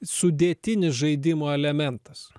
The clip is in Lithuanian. sudėtinis žaidimo elementas